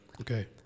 Okay